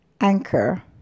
Anchor